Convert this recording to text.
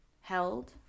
held